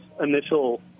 initial